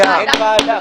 אין ועדה.